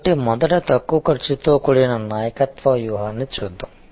కాబట్టి మొదట తక్కువ ఖర్చుతో కూడిన నాయకత్వ వ్యూహాన్ని చూద్దాం